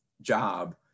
job